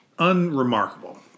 Unremarkable